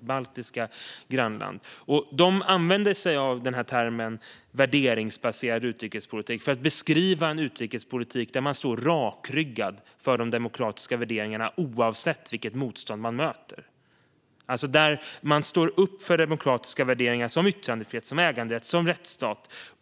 baltiska grannland Litauen. De använder sig av termen värderingsbaserad utrikespolitik för att beskriva en utrikespolitik där man rakryggad står upp för de demokratiska värderingarna, oavsett vilket motstånd man möter. Man står upp för demokratiska värderingar, som yttrandefrihet, som ägandefrihet och som rättsstat.